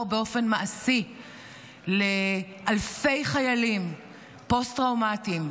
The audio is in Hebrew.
באופן מעשי לאלפי חיילים פוסט-טראומטיים,